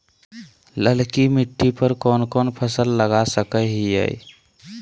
ललकी मिट्टी पर कोन कोन फसल लगा सकय हियय?